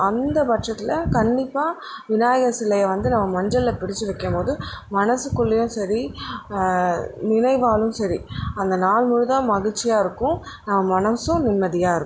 அந்த பட்சத்தில் கண்டிப்பாக விநாயகர் சிலையை வந்து நம்ம மஞ்சளில் பிடித்து வைக்கும்போது மனசுக்குள்ளையும் சரி நினைவாலும் சரி அந்த நாள் முழுதாக மகிழ்ச்சியா இருக்கும் மனசும் நிம்மதியாக இருக்கும்